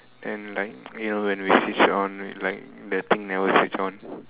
then like you know when we switch on right the thing never switch on